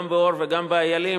גם ב"אור" וגם ב"איילים",